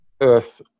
Earth